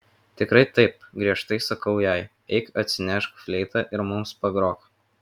tikrai taip griežtai sakau jai eik atsinešk fleitą ir mums pagrok